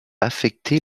affecter